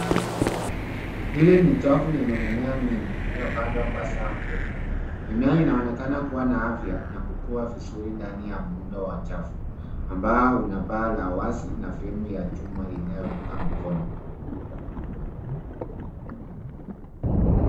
Hili ni chafu yenye mimea mingi iliyopandwa kwa safu ndefu. Mimea inaonekana kuwa na afya na kukuua vizuri ndani ya muundo wa chafu ambao una paa la wazi na fremu ya chuma inayovuka mkono.